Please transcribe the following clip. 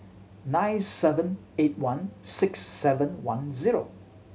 nine seven eight one six seven one zero